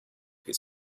his